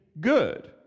good